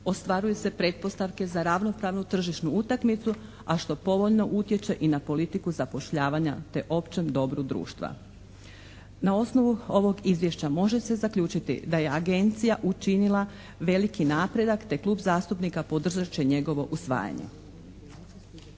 ostvaruju se pretpostavke za ravnopravnu tržišnu utakmicu a što povoljno utječe i na politiku zapošljavanja te općem dobru društva. Na osnovu ovog izvješća može se zaključiti da je agencija učinila veliki napredak te klub zastupnika podržat će njegovo usvajanje.